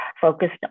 focused